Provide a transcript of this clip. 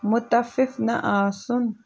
مُتفِف نہٕ آسُن